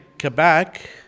Quebec